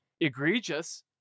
egregious